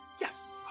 Yes